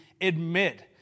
admit